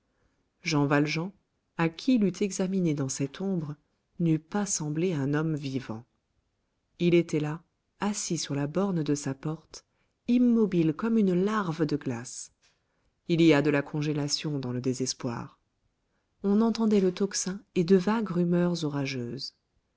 jean valjean à qui l'eût examiné dans cette ombre n'eût pas semblé un homme vivant il était là assis sur la borne de sa porte immobile comme une larve de glace il y a de la congélation dans le désespoir on entendait le tocsin et de vagues rumeurs orageuses